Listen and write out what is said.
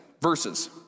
Verses